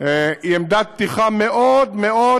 היא עמדת פתיחה מאוד מאוד